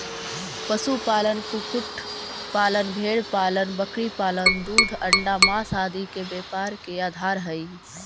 पशुपालन, कुक्कुट पालन, भेंड़पालन बकरीपालन दूध, अण्डा, माँस आदि के व्यापार के आधार हइ